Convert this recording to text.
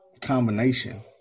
combination